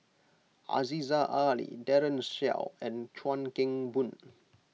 Aziza Ali Daren Shiau and Chuan Keng Boon